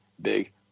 big